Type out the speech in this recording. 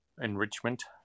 Enrichment